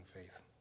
faith